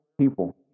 people